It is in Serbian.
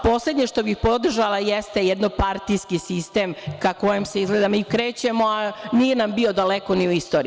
Poslednje što bih podržala je jednopartijski sistem ka kojem se izgleda mi krećemo, a nije nam bio daleko ni u istoriji.